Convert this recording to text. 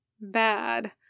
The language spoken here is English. bad